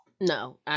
No